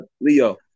Leo